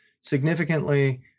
significantly